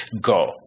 go